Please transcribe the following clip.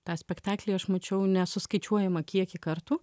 tą spektaklį aš mačiau nesuskaičiuojamą kiekį kartų